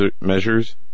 measures